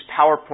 PowerPoint